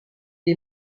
est